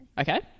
Okay